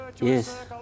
Yes